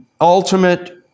ultimate